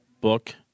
book